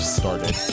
started